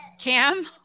Cam